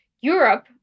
Europe